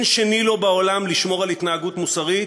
שני לו בעולם לשמור על התנהגות מוסרית,